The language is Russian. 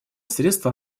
средство